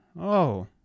Oh